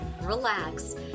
relax